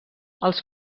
els